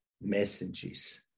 messages